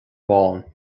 bán